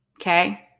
okay